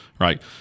right